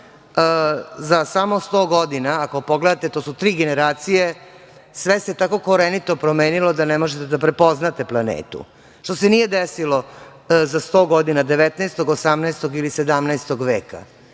za samo sto godina, ako pogledate, to su tri generacije, sve se tako korenito promenilo da ne možete da prepoznate planetu. To se nije desilo za sto godina 19, 18. ili 17. veka. Ako